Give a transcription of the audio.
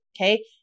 Okay